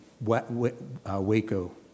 Waco